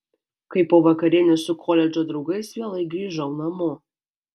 kai po vakarienės su koledžo draugais vėlai grįžau namo